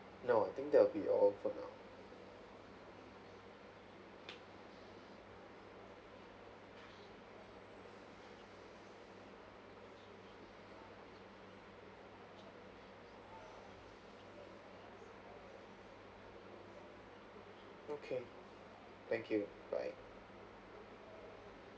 no I think that will be all for now okay thank you bye